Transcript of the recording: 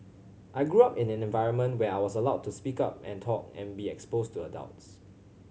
I grew up in an environment where I was allowed to speak up and talk and be exposed to adults